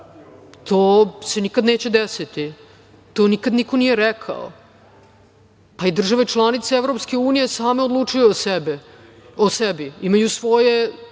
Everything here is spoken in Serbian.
To se nikada neće desiti. To nikada niko nije rekao. Države članice Evropske unije same odlučuju o sebi, imaju svoje